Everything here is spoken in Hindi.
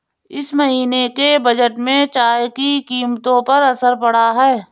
इस महीने के बजट में चाय की कीमतों पर असर पड़ा है